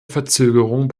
verzögerung